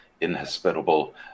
inhospitable